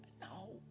No